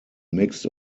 mixed